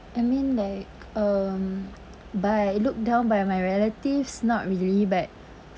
I mean like um by looked down by my relatives not really but